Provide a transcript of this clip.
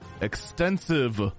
extensive